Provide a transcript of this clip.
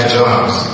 jobs